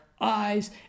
eyes